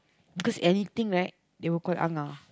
because anything right they will call Ah-Ngah